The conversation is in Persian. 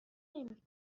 نمی